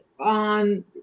on